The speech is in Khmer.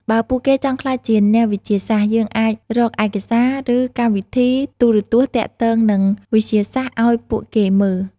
បើពួកគេចង់ក្លាយជាអ្នកវិទ្យាសាស្ត្រ យើងអាចរកឯកសារ ឬកម្មវិធីទូរទស្សន៍ទាក់ទងនឹងវិទ្យាសាស្ត្រឲ្យពួកគេមើល។